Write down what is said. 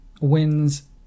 wins